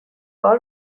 بار